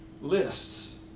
lists